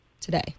Today